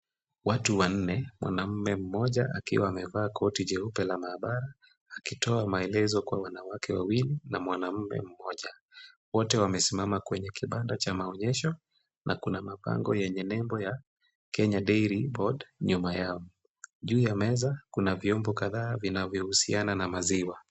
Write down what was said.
Watu wanne, mwanamume mmoja akiwa amevaa koti jeupe la maabara akitoa maelezo kwa wanawake wawili na mwanamume mmoja. Wote wamesimama kwenye kibanda cha maoyesho na kuna mabango yenye nembo ya Kenya Dairy Board nyuma yao. Juu ya meza kuna viombo kadhaa vinavyohusiana na maziwa.